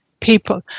people